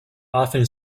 often